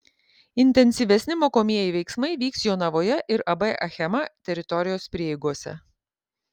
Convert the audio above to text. intensyvesni mokomieji veiksmai vyks jonavoje ir ab achema teritorijos prieigose